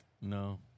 No